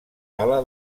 tala